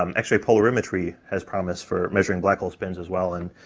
um actually polarimetry has promise for measuring black hole spins as well, and